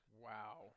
Wow